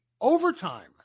overtime